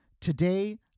Today